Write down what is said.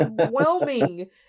overwhelming